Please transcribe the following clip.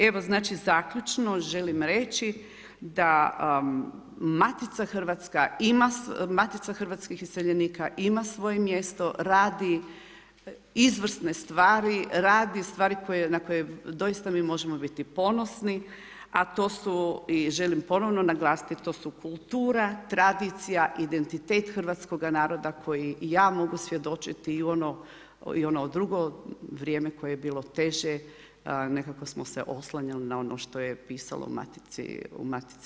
Evo, znači zaključno želim reći da Matica hrvatskih iseljenika ima svoje mjesto, radi izvrsne stvari, radi stvari na koje doista mi možemo biti ponosni, a to su i želim ponovno naglasiti, to su kultura, tradicija, identitet hrvatskoga naroda koji ja mogu svjedočiti i u ono drugo vrijeme koje je bilo teže, nekako smo se oslanjali na ono što je pisalo u Matici.